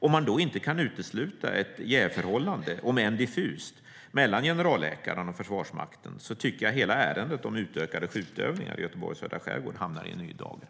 Om man då inte kan utesluta ett jävsförhållande, om än diffust, mellan generalläkaren och Försvarsmakten tycker jag att hela ärendet om utökade skjutövningar i Göteborgs södra skärgård hamnar i en ny dager.